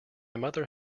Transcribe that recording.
mother